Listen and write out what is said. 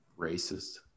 Racist